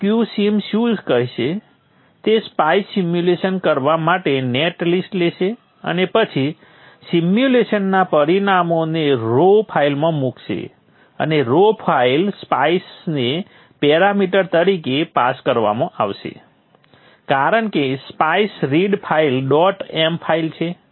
તે q sim શું કરશે તે સ્પાઈસ સિમ્યુલેશન કરવા માટે નેટ લિસ્ટ લેશે અને પછી સિમ્યુલેશનના પરિણામોને રૉ ફાઇલમાં મૂકશે અને રૉ ફાઇલ સ્પાઇસને પેરામીટર તરીકે પાસ કરવામાં આવશે કારણ કે SPICE read file dot m file છે